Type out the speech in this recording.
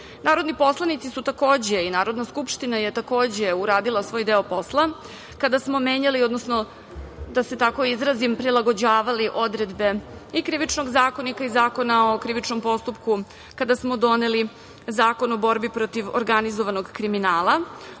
Narodni poslanici su takođe i Narodna skupština je takođe uradila svoj deo posla kada smo menjali, odnosno da se tako izrazim, prilagođavali odredbe i Krivičnog zakonika i Zakona o krivičnom postupku kada smo doneli Zakon u borbi protiv organizovanog kriminala,